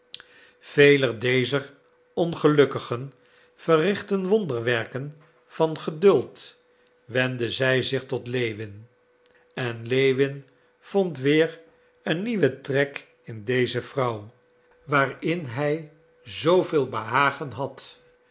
velen dezer ongelukkigen verrichtten wonderwerken van geduld wendde zij zich tot lewin en lewin vond weer een nieuwen trek in deze vrouw waarin hij zooveel behagen had